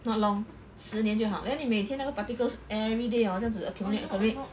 not long 十年就好 then 你每天那个 particles everyday hor 将只 accumulate accumulate